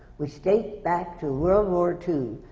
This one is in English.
which dates back to world war two,